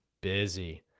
Busy